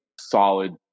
solid